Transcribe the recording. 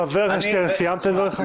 חבר הכנסת שטרן, סיימת את דבריך?